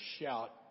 shout